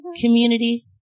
community